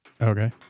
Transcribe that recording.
Okay